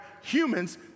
humans